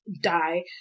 die